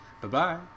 Bye-bye